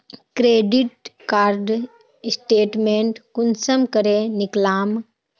Credit card statement कुंसम करे निकलाम?